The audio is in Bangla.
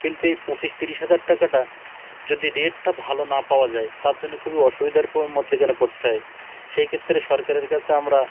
কিন্তু এই পঁচিশ তিরিশ হাজার টাকাটা যদি রেটটা ভালো না পাওয়া যায় তার জন্যে খুবই অসুবিধার মধ্যিখানে পড়তে হয় সেই ক্ষেত্রে সরকারের কাছে আমরা